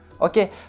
okay